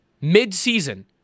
mid-season